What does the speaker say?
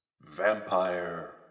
Vampire